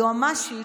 היועמ"שית,